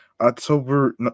October